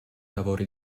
lavori